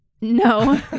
No